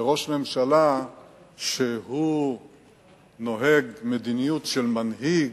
וראש ממשלה שהוא נוהג מדיניות של מנהיג,